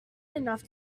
enough